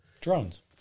Drones